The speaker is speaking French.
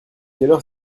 heure